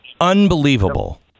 Unbelievable